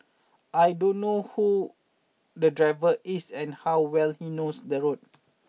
I don't know who the driver is and how well he knows the road